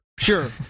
sure